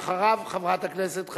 חבר הכנסת דניאל בן-סימון,